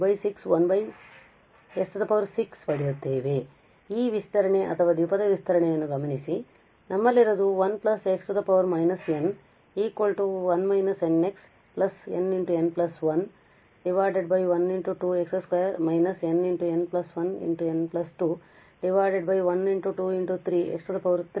ಆದ್ದರಿಂದ ಈ ವಿಸ್ತರಣೆ ಅಥವಾ ದ್ವಿಪದ ವಿಸ್ತರಣೆಯನ್ನು ಗಮನಿಸಿ ನಮ್ಮಲ್ಲಿರುವುದು 1 x −n 1 − nx nn1 1⋅2 x 2 −nn1n2 1⋅2⋅3 x 3 ⋯